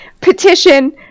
petition